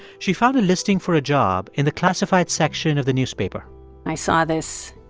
she found a listing for a job in the classifieds section of the newspaper i saw this